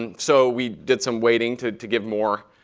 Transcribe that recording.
and so we did some waiting to to give more.